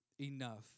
enough